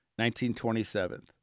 1927